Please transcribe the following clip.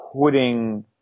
putting